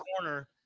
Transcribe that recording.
corner